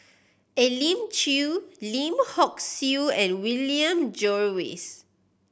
Elim Chew Lim Hock Siew and William Jervois